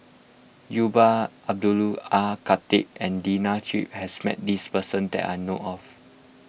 Umar Abdullah Khatib and Lina Chiam has met this person that I know of